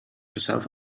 yourself